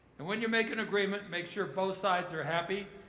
and when you make an agreement, make sure both sides are happy.